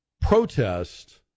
protest